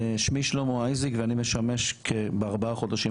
שמי שלמה אייזיק ואני משמש בארבעה החודשים